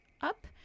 up